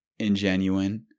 ingenuine